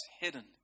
hidden